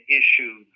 issue